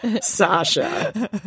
Sasha